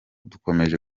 dukomeje